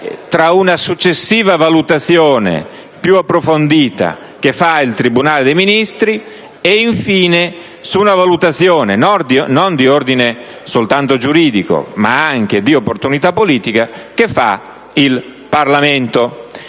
una successiva valutazione più approfondita del tribunale dei Ministri e, infine, una valutazione non di ordine soltanto giuridico ma anche di opportunità politica del Parlamento.